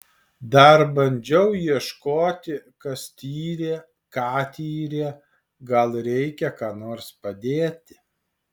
dar bandžiau ieškoti kas tyrė ką tyrė gal reikia ką nors padėti